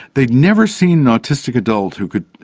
they had never seen an autistic adult who could,